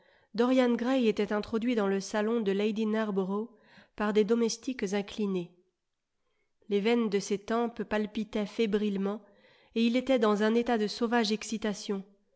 dorian gray était introduit dans le salon de lady nar borough par des domestiques inclinés les veines de ses tempes palpitaient fébrilement et il était dans un état de sauvage excitation